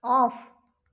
off